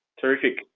terrific